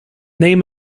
name